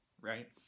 right